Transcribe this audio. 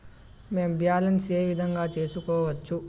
మేము బ్యాలెన్స్ ఏ విధంగా తెలుసుకోవచ్చు?